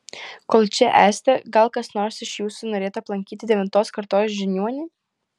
kol čia esate gal kas nors iš jūsų norėtų aplankyti devintos kartos žiniuonį